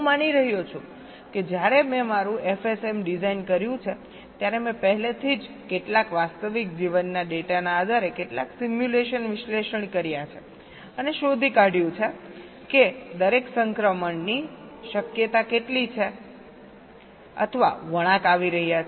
હું માની રહ્યો છું કે જ્યારે મેં મારું FSM ડિઝાઇન કર્યું છે ત્યારે મેં પહેલેથી જ કેટલાક વાસ્તવિક જીવનના ડેટાના આધારે કેટલાક સિમ્યુલેશન વિશ્લેષણ કર્યા છે અને શોધી કા્યું છે કે દરેક સંક્રમણની શક્યતા કેટલી છે અથવા વળાંક આવી રહ્યા છે